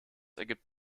ergibt